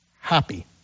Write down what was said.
happy